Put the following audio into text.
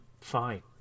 fine